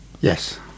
Yes